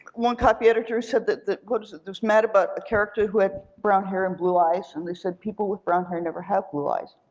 one copy editor said that, what was it, that was made about a character who had brown hair and blue eyes, and they said, people with brown hair never have blue eyes.